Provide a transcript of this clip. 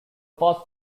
first